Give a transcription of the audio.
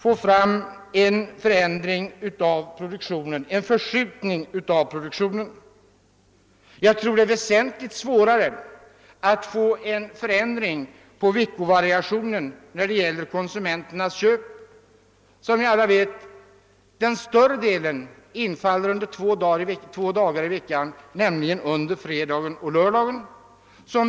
Jag tror att det är väsentligt svårare att åstadkomma en förändring av veckovariationen när det gäller konsumenternas inköp. Den större delen av inköpen sker under fredagar och lördagar.